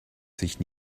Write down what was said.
sich